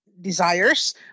desires